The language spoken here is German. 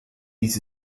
dies